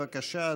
בבקשה,